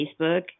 Facebook